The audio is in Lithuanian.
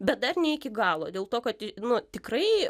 bet dar ne iki galo dėl to kad nu tikrai